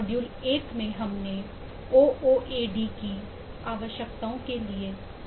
module एक में हमने ओओएडी की आवश्यकताओं के लिए चरण निर्धारित किए हैं